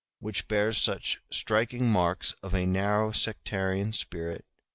which bears such striking marks of a narrow sectarian spirit,